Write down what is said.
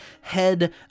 head